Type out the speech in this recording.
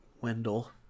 Wendell